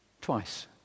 twice